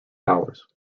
hours